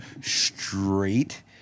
straight